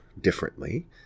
differently